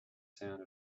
sound